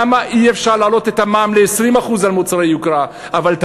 למה אי-אפשר להעלות את המע"מ על מוצרי יוקרה ל-20% אבל את